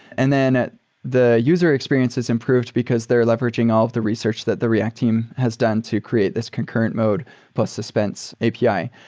and then the user experience is improved because they're leveraging all of the research that the react team has done to create this concurrent mode plus suspense api.